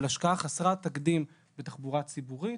אבל השקעה חסרת תקדים בתחבורה הציבורית,